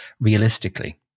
realistically